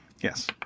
Yes